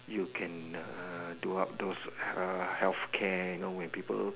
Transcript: you can uh do out those para~ healthcare you know where people